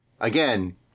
Again